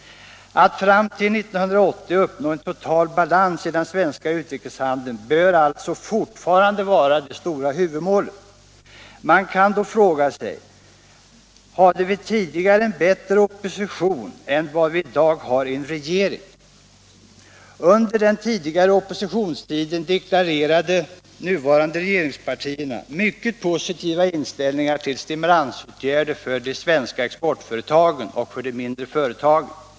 Att fram till 1980 uppnå en total balans i den svenska utrikeshandeln bör alltså fortfarande vara det stora huvudmålet. Man kan då fråga sig: Hade vi tidigare en opposition som var bättre än den regering vi har i dag? Under den tidigare oppositionstiden deklarerade de nuvarande regeringspartierna mycket positiva inställningar till stimulansåtgärder för de svenska exportföretagen och för de mindre företagen.